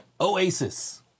Oasis